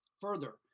Further